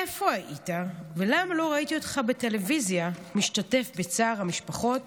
איפה היית ולמה לא ראיתי אותך בטלוויזיה משתתף בצער המשפחות